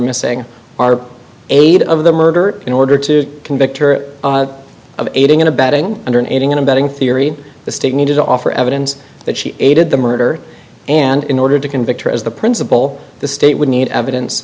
missing are aid of the murder in order to convict her of aiding and abetting under an ending in abetting theory the state needed to offer evidence that she aided the murder and in order to convict her as the principle the state would need evidence